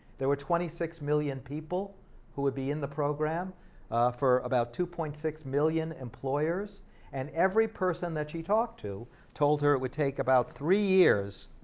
there were twenty six million people who would be in the program for about two point six million employers and every person that she talked to told her it would take about three years